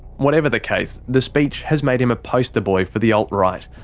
whatever the case, the speech has made him a poster boy for the alt-right,